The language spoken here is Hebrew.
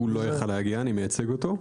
הוא לא כאן, אני מייצג אותו.